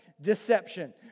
deception